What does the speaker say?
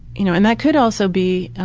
you know, and that could also be